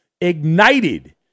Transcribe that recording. ignited